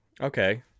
Okay